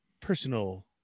personal